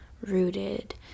rooted